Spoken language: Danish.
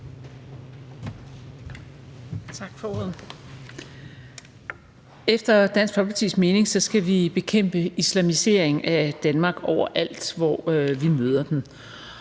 Efter Dansk Folkepartis mening skal vi bekæmpe islamisering af Danmark overalt, hvor vi møder den.